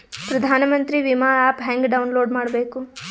ಪ್ರಧಾನಮಂತ್ರಿ ವಿಮಾ ಆ್ಯಪ್ ಹೆಂಗ ಡೌನ್ಲೋಡ್ ಮಾಡಬೇಕು?